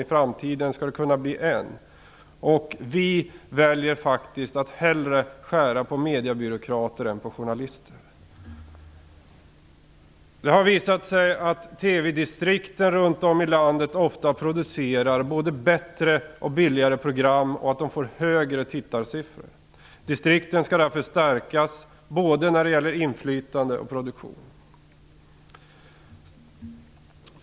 I framtiden skall det kunna bli en. Vi väljer att hellre skära ned på antalet mediebyråkrater än på antalet journalister. Det har visat sig att TV-distrikten runt om i landet ofta producerar både bättre och billigare program och att de får högre tittarsiffror än televisionen centralt. Distrikten skall därför stärkas, när det gäller både inflytande och produktion.